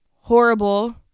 horrible